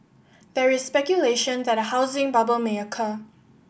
there is speculation that a housing bubble may occur